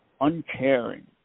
Uncaring